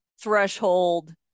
threshold